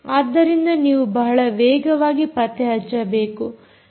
ಆದ್ದರಿಂದ ನೀವು ಬಹಳ ವೇಗವಾಗಿ ಪತ್ತೆ ಹಚ್ಚಬೇಕು